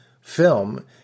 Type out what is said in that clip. film